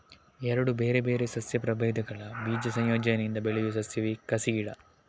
ಎರಡು ಬೇರೆ ಬೇರೆ ಸಸ್ಯ ಪ್ರಭೇದಗಳ ಬೀಜ ಸಂಯೋಜನೆಯಿಂದ ಬೆಳೆಯುವ ಸಸ್ಯವೇ ಕಸಿ ಗಿಡ